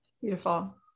Beautiful